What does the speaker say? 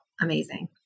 amazing